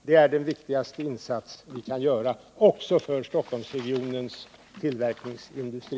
Det är den viktigaste insats vi kan göra — också för Stockholmsregionens tillverkningsindustri.